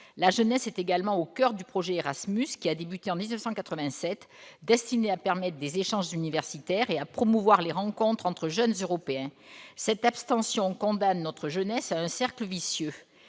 La jeunesse est également au coeur du projet Erasmus, qui a commencé en 1987 et qui est destiné à permettre des échanges universitaires et à promouvoir les rencontres entre jeunes Européens. Cette abstention condamne notre jeunesse à un cercle vicieux